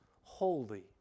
holy